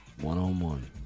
One-on-one